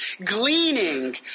gleaning